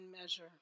measure